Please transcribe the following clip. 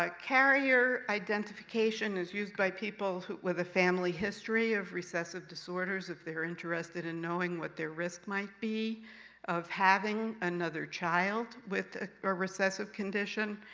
ah carrier identification, is used by people with a family history of recessive disorders, if they're interested in knowing what their risk might be of having another child with a recessive condition.